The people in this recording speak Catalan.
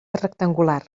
rectangular